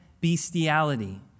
bestiality